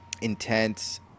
intense